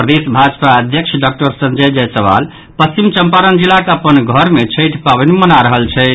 प्रदेश भाजपा अध्यक्ष डाक्टर संजय जायसवाल पश्चिम चंपारण जिलाक अपन घर मे छठि पावनि मना रहल छथि